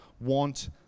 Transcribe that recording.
want